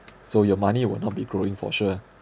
so your money will not be growing for sure